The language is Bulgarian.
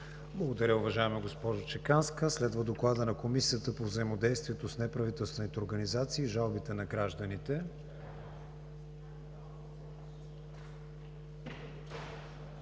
Благодаря, уважаема госпожо Чеканска. Следва Докладът на Комисията по взаимодействието с неправителствените организации и жалбите на гражданите.